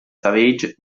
savage